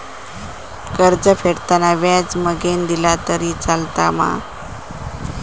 कर्ज फेडताना व्याज मगेन दिला तरी चलात मा?